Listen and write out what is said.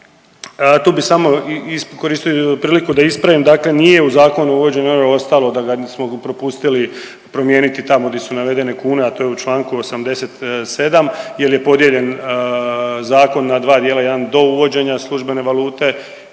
tu bi samo iskoristio priliku da ispravim, dakle nije u Zakonu o uvođenju eura ostalo da smo propustili promijeniti tamo di su navedene kune, a to je u čl. 87. jel je podijeljen zakon na dva dijela, jedan do uvođenja službene valute